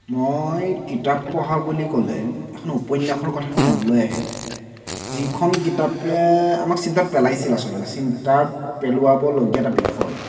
মই কিতাপ পঢ়া বুলি ক'লে এখন উপন্য়াসৰ কথা মোৰ মনলৈ আহে যিখন কিতাপে আমাক চিন্তাত পেলাইছিল আচলতে চিন্তাত পেলোৱাবলগীয়া এটা বিষয়